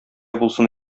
булсын